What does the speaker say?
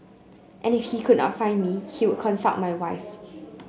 and if he could not find me he would consult my wife